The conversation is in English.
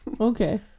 Okay